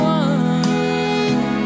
one